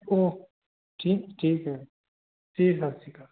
okay ਠੀਕ ਠੀਕ ਹੈ ਜੀ ਸਤਿ ਸ਼੍ਰੀ ਅਕਾਲ